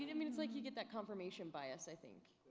you know i mean it's like you get that confirmation bias, i think,